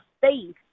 faith